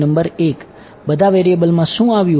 5 variable માં શું આવ્યું હશે